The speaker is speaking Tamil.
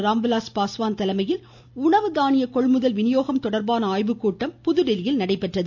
ராம்விலாஸ் பாஸ்வான் தலைமையில் உணவு தானிய கொள்முதல் வினியோகம் தொடர்பான ஆய்வுக்கூட்டம் இன்று நடைபெற்றது